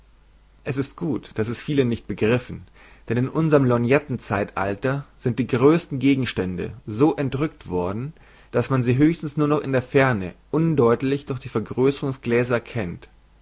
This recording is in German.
es ist gut daß es viele nicht begriffen denn in unserm lorgnetten zeitalter sind die größesten gegenstände so entrükt worden daß man sie höchstens nur noch in der ferne undeutlich durch die vergrößerungsgläser erkennt